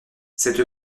cette